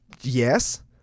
Yes